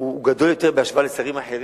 הוא עמוס בהשוואה לזה של שרים אחרים.